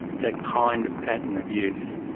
that kind of pattern of use.